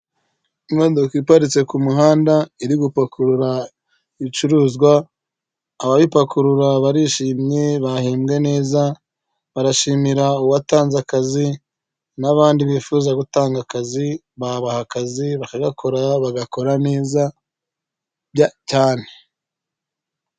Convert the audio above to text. Imodoka iparitse ku muhanda iri gupakurura ibicuruzwa, abayipakurura barishimye bahembwe neza. Barashimira uwatanze akazi n'abandi bifuza gutanga akazi babaha akazi bakagakora bagakora neza cyane.